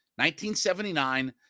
1979